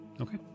Okay